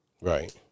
Right